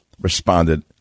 responded